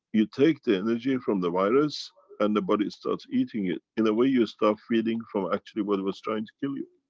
you take the energie from the virus and the body starts eating it. in a way you start feeding from actually what was trying to kill you.